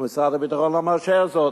ומשרד הביטחון לא מאשר זאת.